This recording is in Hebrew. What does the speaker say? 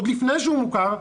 עוד לפני הוא מוכר,